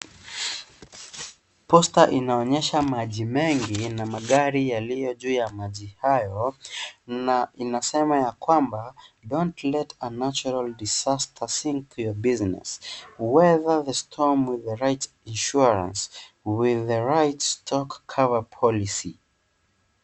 Posta inonyesha maji mengi na magari yaliyo juu ya maji hayo na inassema ya kwamba (CS)don't letr a natural disaster sink your business whether the storm with the right insurance with the right stock cover policy(CS).